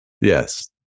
Yes